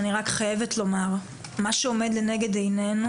אני רק חייבת לומר שמה שעומד לנגד עינינו,